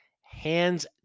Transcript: Hands